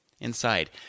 inside